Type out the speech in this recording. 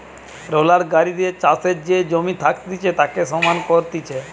roller গাড়ি দিয়ে চাষের যে জমি থাকতিছে তাকে সমান করতিছে